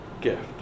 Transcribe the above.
gift